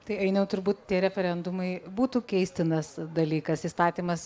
tai ainiau turbūt tie referendumai būtų keistinas dalykas įstatymas